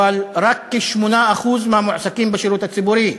אבל רק כ-8% מהמועסקים בשירות הציבורי.